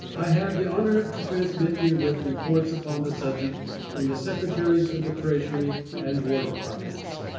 i have the honor to transmit herewith reports upon the subject from the secretaries of the treasury and war departments.